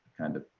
kind of